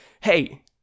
Hey